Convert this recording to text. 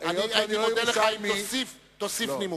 הייתי מודה לך אם תוסיף נימוקים.